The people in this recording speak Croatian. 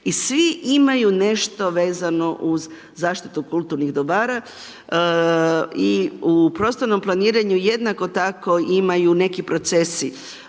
I svi imaju nešto vezano uz zaštitu kulturnih dobara i u prostornom planiranju jednako tako imaju neki procesi.